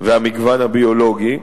והמגוון הביולוגי,